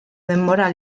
denbora